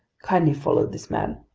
kindly follow this man.